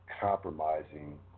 compromising